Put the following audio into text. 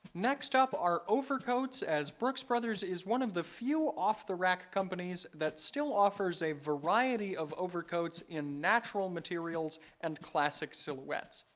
next up are overcoats as brooks brothers is one of the few off the rack companies that still offers a variety of overcoats in natural materials and classic silhouettes.